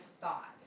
thought